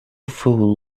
fool